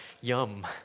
Yum